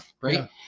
Right